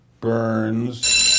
Burns